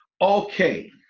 Okay